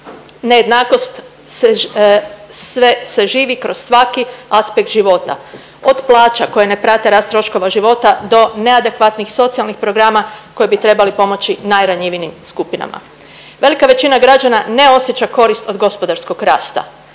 Nejednakost sve se živi kroz svaki aspekt života, od plaća koje ne prate rast troškova života do neadekvatnih socijalnih programa koji bi trebali pomoći najranjivijim skupinama. Velika većina građana ne osjeća korist od gospodarskog rasta,